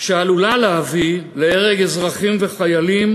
שעלולה להביא להרג אזרחים וחיילים.